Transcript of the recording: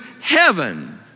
heaven